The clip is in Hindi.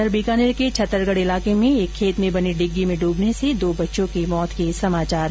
इस बीच बीकानेर के छत्तरगढ इलाके में एक खेत में बनी डिग्गी में डूबने से दो बच्चों की मृत्यु हो गई